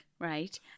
right